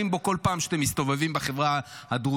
בו כל פעם שאתם מסתובבים בחברה הדרוזית.